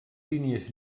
línies